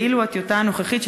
ואילו הטיוטה הנוכחית,